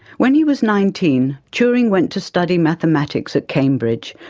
when he was nineteen, turing went to study mathematics at cambridge,